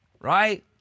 right